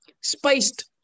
spiced